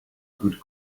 good